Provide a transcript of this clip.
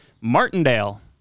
Martindale